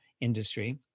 industry